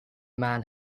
man